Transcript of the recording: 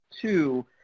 two